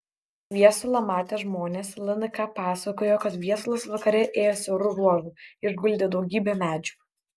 viesulą matę žmonės lnk pasakojo kad viesulas vakare ėjo siauru ruožu išguldė daugybė medžių